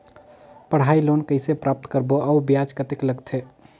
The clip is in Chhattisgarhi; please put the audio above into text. पढ़ाई लोन कइसे प्राप्त करबो अउ ब्याज कतेक लगथे?